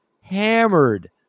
hammered